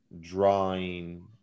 drawing